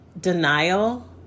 denial